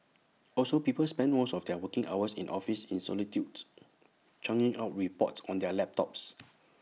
also people spend most of their working hours in office in solitude churning out reports on their laptops